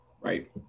right